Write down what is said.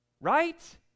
right